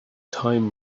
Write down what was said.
time